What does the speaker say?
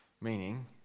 meaning